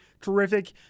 terrific